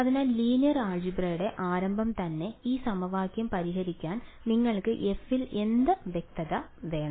അതിനാൽ ലീനിയർ ആൾജിബ്രടെ ആരംഭം തന്നെ ഈ സമവാക്യം പരിഹരിക്കാൻ നിങ്ങൾക്ക് f ൽ എന്ത് വ്യവസ്ഥ വേണം